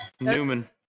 Newman